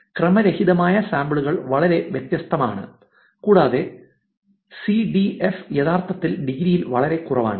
ക്രമരഹിതമായ സാമ്പിളുകൾ വളരെ വ്യത്യസ്തമാണ് കൂടാതെ സിഡിഎഫ് യഥാർത്ഥത്തിൽ ഡിഗ്രിയിൽ വളരെ കുറവാണ്